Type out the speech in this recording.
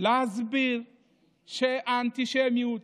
הסבירו שהאנטישמיות